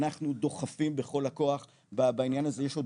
אנחנו דוחפים בכל הכוח בעניין הזה יש עוד